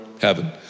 heaven